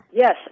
yes